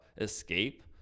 escape